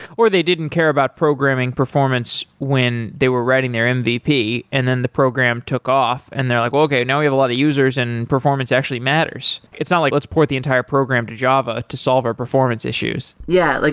or they didn't care about programming performance when they were writing their mvp, and then the program took off and they're like, okay. now, we have a lot of users and performance actually matters. it's not like let's support the entire program to java to solve our performance issues yeah. like